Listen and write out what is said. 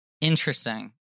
Interesting